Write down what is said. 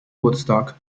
woodstock